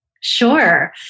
Sure